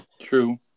true